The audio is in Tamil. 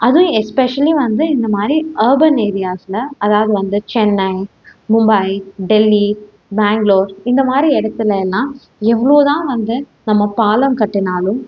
அதுவும் எஸ்பெஷலி வந்து இந்த மாதிரி அர்பன் ஏரியாஸில் அதாவது வந்து சென்னை மும்பை டெல்லி பேங்களூர் இந்த மாதிரி இடத்துல எல்லாம் எவ்வளோ தான் வந்து நம்ம பாலம் கட்டினாலும்